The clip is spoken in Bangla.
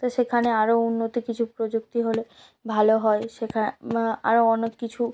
তো সেখানে আরো উন্নত কিছু প্রযুক্তি হলে ভালো হয় সেখানে আরও অনেক কিছু